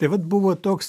tai vat buvo toks